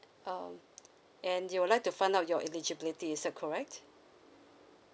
um and you would like to find out your eligibility is that correct